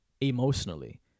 emotionally